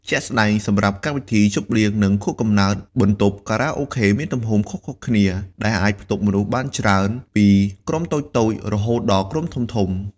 ជាក់ស្ដែង សម្រាប់កម្មវិធីជប់លៀង និងខួបកំណើត បន្ទប់ខារ៉ាអូខេមានទំហំខុសៗគ្នា ដែលអាចផ្ទុកមនុស្សបានច្រើន ពីក្រុមតូចៗរហូតដល់ក្រុមធំៗ។